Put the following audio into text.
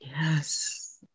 Yes